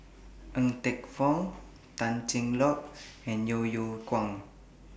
Ng Teng Fong Tan Cheng Lock and Yeo Yeow Kwang